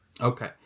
Okay